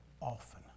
often